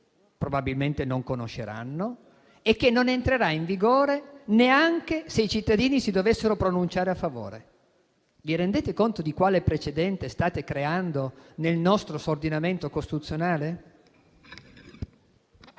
probabilmente non conosceranno e che non entrerà in vigore neanche se i cittadini si dovessero pronunciare a favore? Vi rendete conto di quale precedente state creando nel nostro ordinamento costituzionale?